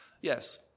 Yes